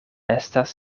estas